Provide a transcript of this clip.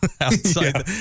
outside